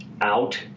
out